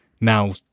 now